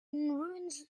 ruins